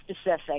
specific